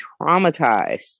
traumatized